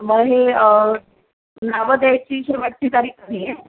मग हे नावं द्यायची शेवटची तारीख कधी आहे